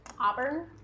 Auburn